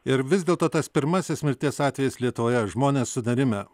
ir vis dėlto tas pirmasis mirties atvejis lietuvoje žmonės sunerimę